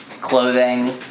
clothing